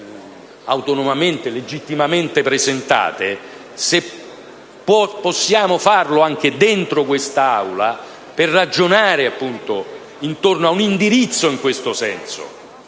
autonomamente e legittimamente presentate ‑ e se possiamo farlo anche in quest'Aula, per ragionare intorno ad un indirizzo che vada in questo senso.